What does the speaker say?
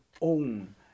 own